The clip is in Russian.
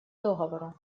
договору